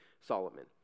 Solomon